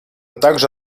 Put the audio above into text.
также